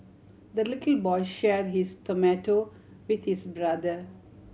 the little boy shared his tomato with his brother